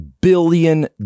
billion